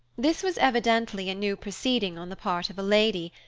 this was evidently a new proceeding on the part of a lady,